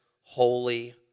holy